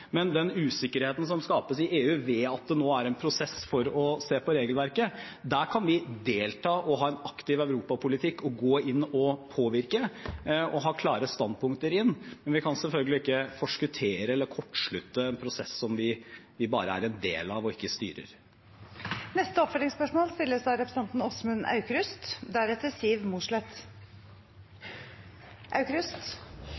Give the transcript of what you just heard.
Men den usikkerheten skapes i EU ved at det nå er en prosess for å se på regelverket – vi kan delta, ha en aktiv europapolitikk, gå inn og påvirke og ha klare standpunkter inn, men vi kan selvfølgelig ikke forskuttere eller kortslutte en prosess som vi bare er en del av og ikke styrer. Åsmund Aukrust – til oppfølgingsspørsmål.